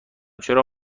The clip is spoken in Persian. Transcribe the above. چرا